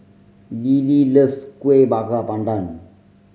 Lily loves Kuih Bakar Pandan